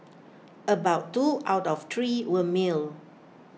about two out of three were male